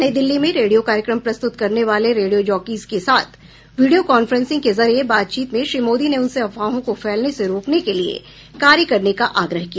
नई दिल्ली में रेडियो कार्यक्रम प्रस्तुत करने वाले रेडियो जॉकीज के साथ वीडियो कांफ्रेंसिंग के जरिये बातचीत में श्री मोदी ने उनसे अफवाहों को फैलने से रोकने के लिए कार्य करने का आग्रह किया